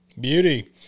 Beauty